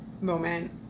moment